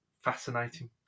fascinating